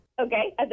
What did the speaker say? Okay